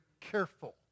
careful